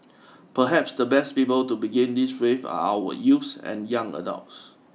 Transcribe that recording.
perhaps the best people to begin this with are our youths and young adults